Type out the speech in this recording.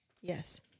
Yes